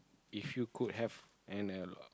if you could have an a